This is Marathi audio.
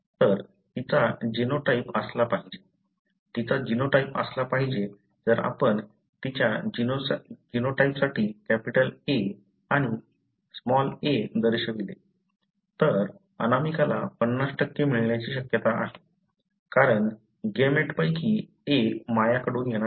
तर तिचा जीनोटाइप असला पाहिजे तिचा जीनोटाइप असला पाहिजे जर आपण तिच्या जीनोटाइपसाठी कॅपिटल A आणि Small a दर्शविले तर अनामिकाला 50 मिळण्याची शक्यता आहे कारण गेमेट पैकी एक माया कडून येणार आहे